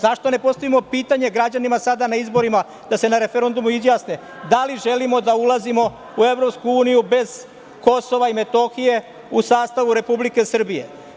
Zašto ne postavimo pitanje građanima sada na izborima da se na referendumu izjasne da li želimo da ulazimo u EU bez KiM u sastavu Republike Srbije?